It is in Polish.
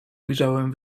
ujrzałem